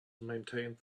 maintained